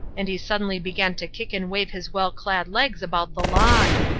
and he suddenly began to kick and wave his well-clad legs about the lawn.